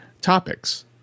topics